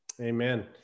Amen